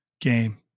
game